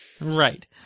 Right